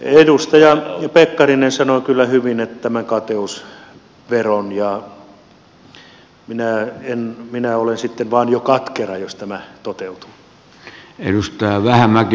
edustaja pekkarinen sanoi kyllä hyvin tämän kateusveron ja minä olen sitten vain jo katkera jos tämä toteutuu